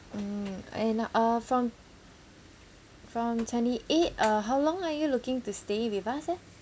mm eh uh from from twenty eight uh how long are you looking to stay with us eh